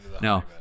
no